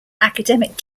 academic